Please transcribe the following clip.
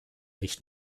nicht